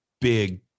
big